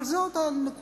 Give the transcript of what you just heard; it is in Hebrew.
אבל זו הנקודה,